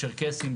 צ'רקסים,